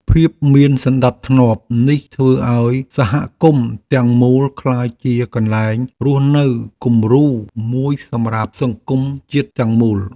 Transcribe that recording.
ភាពមានសណ្តាប់ធ្នាប់នេះធ្វើឱ្យសហគមន៍ទាំងមូលក្លាយជាកន្លែងរស់នៅគំរូមួយសម្រាប់សង្គមជាតិទាំងមូល។